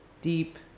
deep